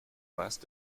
last